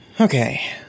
Okay